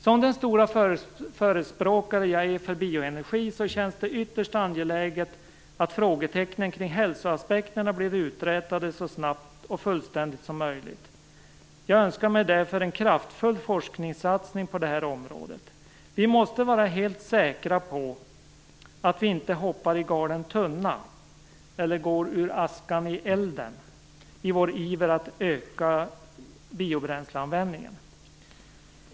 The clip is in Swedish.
Som den stora förespråkare för bioenergi jag är ser jag det som ytterst angeläget att frågetecknen kring hälsoaspekterna blir uträtade så snabbt och fullständigt som möjligt. Jag önskar mig därför en kraftfull forskningssatsning på detta område. Vi måste vara helt säkra på att vi inte hoppar i galen tunna eller går ur askan i elden i vår iver att öka biobränsleanvändningen.